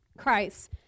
Christ